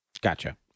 Gotcha